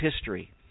history